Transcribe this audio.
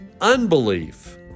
unbelief